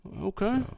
Okay